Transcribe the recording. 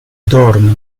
dorme